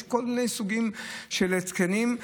יש כל מיני סוגים של התקנים.